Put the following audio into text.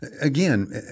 again